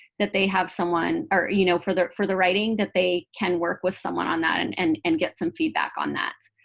that they have someone, or you know, for the for the writing, that they can work with someone on that and and and get some feedback on that.